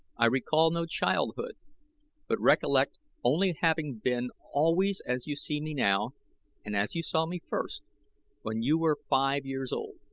i recall no childhood but recollect only having been always as you see me now and as you saw me first when you were five years old.